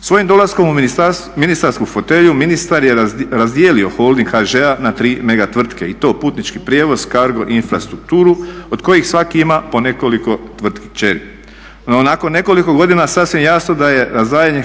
Svojim dolaskom u ministarsku fotelju ministar je razdijelio holding HŽ-a na tri mega tvrtke i to Putnički prijevoz, CARGO i Infrastrukturu od kojih svaki ima po nekoliko tvrtki kćeri. No, nakon nekoliko godina sasvim je jasno da je razdvajanje